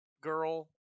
girl